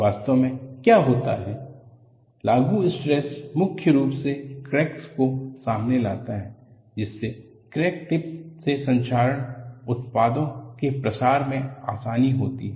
वास्तव में क्या होता है लागू स्ट्रेस मुख्य रूप से क्रैक्स को सामने लाता है जिससे क्रैक टिप से संक्षारण उत्पादों के प्रसार मे आसानी होती है